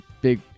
big